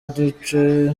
uduce